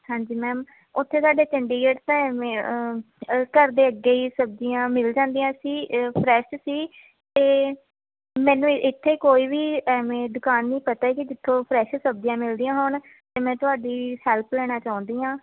ਹਾਂਜੀ ਮੈਮ ਉੱਥੇ ਸਾਡੇ ਚੰਡੀਗੜ੍ਹ ਤਾਂ ਐਵੇਂ ਘਰ ਦੇ ਅੱਗੇ ਹੀ ਸਬਜ਼ੀਆਂ ਮਿਲ ਜਾਂਦੀਆਂ ਸੀ ਫਰੈਸ਼ ਸੀ ਅਤੇ ਮੈਨੂੰ ਇੱਥੇ ਕੋਈ ਵੀ ਐਵੇਂ ਦੁਕਾਨ ਨਹੀਂ ਪਤਾ ਕਿ ਜਿੱਥੋਂ ਫ਼੍ਰੇਸ਼ ਸਬਜ਼ੀਆਂ ਮਿਲਦੀਆਂ ਹੋਣ ਅਤੇ ਮੈਂ ਤੁਹਾਡੀ ਹੈਲਪ ਲੈਣਾ ਚਾਹੁੰਦੀ ਹਾਂ